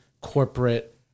corporate